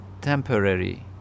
temporary